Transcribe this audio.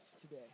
today